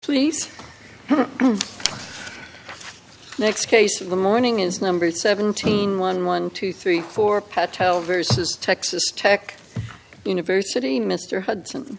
please next case of the morning is numbered seventeen one one two three four patel versus texas tech university mr hudson